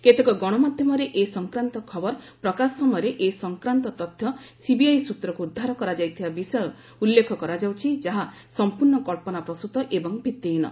କେତେକ ଗଣମାଧ୍ୟମରେ ଏ ସଂକ୍ରାନ୍ତ ଖବର ପ୍ରକାଶ ସମୟରେ ଏ ସଂକ୍ରାନ୍ତ ତଥ୍ୟ ସିବିଆଇ ସୃତ୍ରକୁ ଉଦ୍ଧାର କରାଯାଇଥିବା ବିଷୟ ଉଲ୍ଲେଖ କରାଯାଉଛି ଯାହା ସମ୍ପର୍ଷ କ୍ସନାପ୍ରସ୍ତ ଏବଂ ନୀରାଧାର